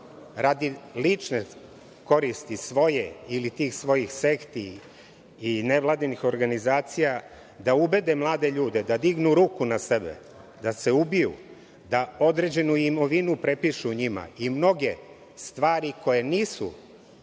radi lične koristi svoje ili tih svojih sekti i nevladinih organizacija da ubede mlade ljude da dignu ruku na sebe, da se ubiju, da određenu imovinu prepišu njima i mnoge stvari koje nisu